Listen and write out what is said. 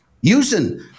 using